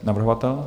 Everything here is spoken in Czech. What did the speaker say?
Navrhovatel?